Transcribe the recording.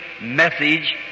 message